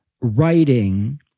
writing